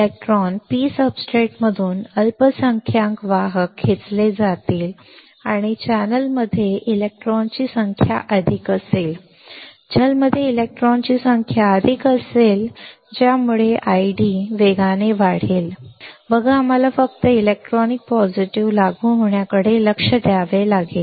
electron P सबस्ट्रेटमधून अल्पसंख्याक वाहक खेचले जातील आणि चॅनेलमध्ये इलेक्ट्रॉनची संख्या अधिक असेल चॅनेलमध्ये इलेक्ट्रॉनची संख्या अधिक असेल ज्यामुळे ID वेगाने वाढेल बघा आम्हाला फक्त इलेक्ट्रॉनिक पॉझिटिव्ह लागू होण्याकडे लक्ष द्यावे लागेल